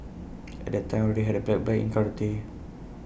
at that time I already had A black belt in karate